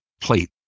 plate